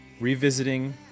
revisiting